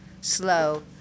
slow